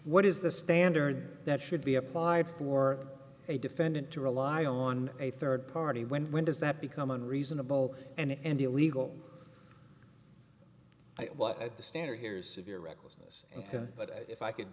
what is the standard that should be applied for a defendant to rely on a third party when when does that become a reasonable and illegal but at the standard here is severe recklessness but if i could